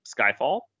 Skyfall